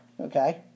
okay